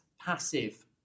passive